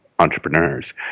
Entrepreneurs